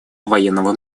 военного